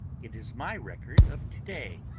it is my record of to-day.